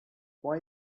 why